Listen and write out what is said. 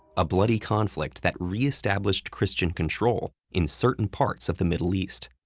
a bloody conflict that re-established christian control in certain parts of the middle east.